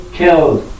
killed